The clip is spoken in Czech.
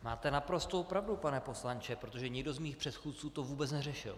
Máte naprostou pravdu, pane poslanče, protože nikdo z mých předchůdců to vůbec neřešil.